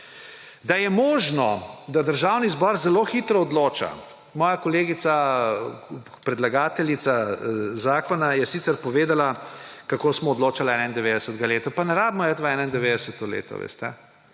Da je možno, da Državni zbor zelo hitro odloča, moja kolegica, predlagateljica zakona je sicer povedala, kako smo odločali leta 1991. Pa ne rabimo iti v leto 1991,